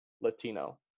Latino